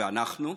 ואנחנו?